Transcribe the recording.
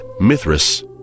Mithras